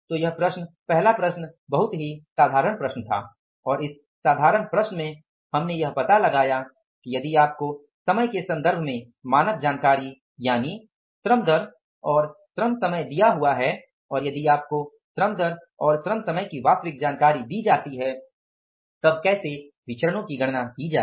तो यह प्रश्न पहला प्रश्न बहुत ही साधारण प्रश्न था और इस साधारण प्रश्न में हमने यह पता लगाया कि यदि आपको समय के संदर्भ में मानक जानकारी यानि श्रम दर और श्रम समय दिया हुआ है और यदि आपको श्रम दर और श्रम समय की वास्तविक जानकारी दी जाती है तब कैसे विचरणो की गणना की जाए